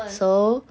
so